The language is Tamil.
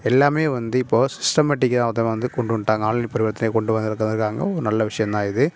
எல்லாமே வந்து இப்போது சிஸ்டமேட்டிக்காக தான் வந்து கொண்டு வந்துட்டாங்க ஆன்லைன் பரிவர்த்தனை கொண்டு வந்திருக்காங்க ஒரு நல்ல விஷயோம் தான் இது